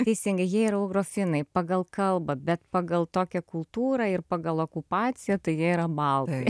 teisingai jie yra ugrofinai pagal kalbą bet pagal tokią kultūrą ir pagal okupaciją tai yra baltai